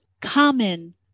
common